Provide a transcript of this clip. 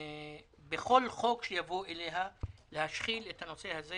בכל חוק שיבוא אליה להשחיל את הנושא הזה